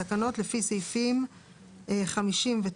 התקנות לפי סעיפים 59(ב),